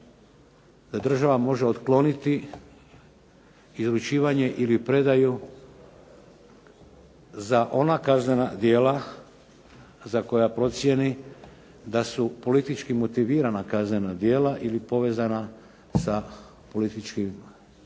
država može otkloniti izručivanje ili predaju za ona kaznena djela za koja procijeni da su politički motivirana kaznena djela ili povezana sa politički motiviranim